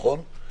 נכון?